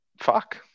fuck